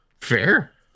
Fair